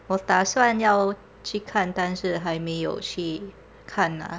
我打算要去看但是还没有去看 ah